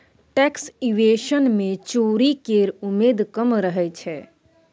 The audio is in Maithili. टैक्स इवेशन मे चोरी केर उमेद कम रहय छै